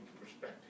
perspective